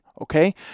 Okay